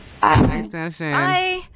hi